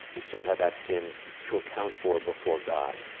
you still have that sin to account for before god.